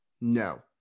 No